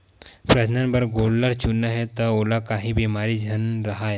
प्रजनन बर गोल्लर चुनना हे त ओला काही बेमारी झन राहय